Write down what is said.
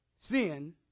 Sin